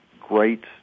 great